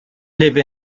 live